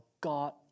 God